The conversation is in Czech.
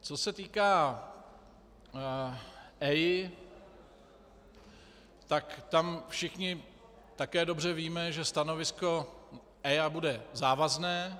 Co se týká EIA, tam všichni také dobře víme, že stanovisko EIA bude závazné.